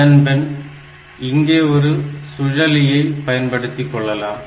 அதன்பின் இங்கே ஒரு சுழலியை பயன்படுத்திக் கொள்ளலாம்